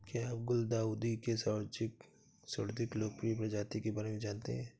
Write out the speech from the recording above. क्या आप गुलदाउदी के सर्वाधिक लोकप्रिय प्रजाति के बारे में जानते हैं?